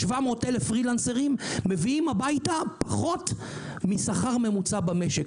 700,000 פרילנסרים מביאים הביתה פחות משכר ממוצע במשק.